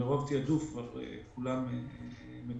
מרוב תעדוף כבר כולם מתועדפים